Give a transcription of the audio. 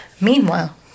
Meanwhile